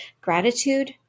gratitude